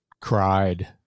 cried –